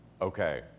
Okay